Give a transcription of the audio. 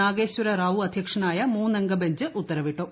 നാഗേശ്വര റാവു അധ്യക്ഷനായ മൂന്നംഗ ബെഞ്ച് ഉത്തരവിട്ടു